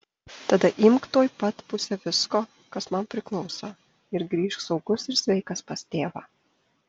tada imk tuoj pat pusę visko kas man priklauso ir grįžk saugus ir sveikas pas tėvą